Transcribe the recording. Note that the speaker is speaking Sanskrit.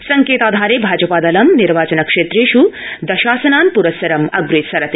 संकेताधारे भाजपा दलं निर्वाचन क्षेत्रेष् दशासनान् प्रस्सरम् अग्रेसरति